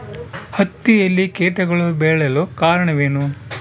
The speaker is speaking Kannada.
ಹತ್ತಿಯಲ್ಲಿ ಕೇಟಗಳು ಬೇಳಲು ಕಾರಣವೇನು?